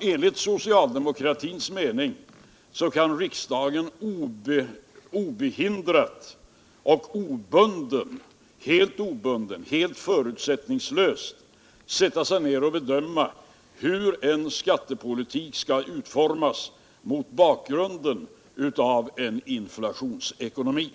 Enligt socialdemokratins mening kan riksdagen obehindrad och helt obunden förutsättningslöst bedöma hur en skattepolitik skall utformas mot bakgrunden av inflationsekonomi.